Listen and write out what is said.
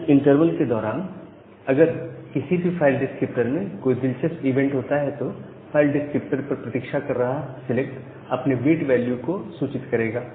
उस इंटरवल के दौरान अगर किसी भी फाइल डिस्क्रिप्टर में कोई दिलचस्प इवेंट होता है तो फाइल डिस्क्रिप्टर पर प्रतीक्षा कर रहा सिलेक्ट अपने वेट क्यू को सूचित करेगा